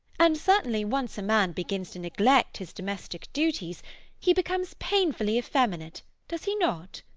and certainly once a man begins to neglect his domestic duties he becomes painfully effeminate, does he not?